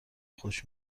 خوش